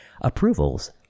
approvals